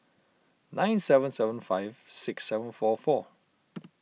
nine seven seven five six seven four four